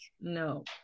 no